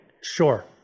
sure